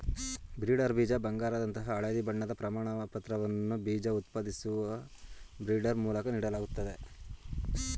breeder ಬೀಜ ಬಂಗಾರದಂತಹ ಹಳದಿ ಬಣ್ಣದ ಪ್ರಮಾಣಪತ್ರವನ್ನ ಬೀಜ ಉತ್ಪಾದಿಸುವ ಬ್ರೀಡರ್ ಮೂಲಕ ನೀಡಲಾಗ್ತದೆ